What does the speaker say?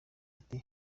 ati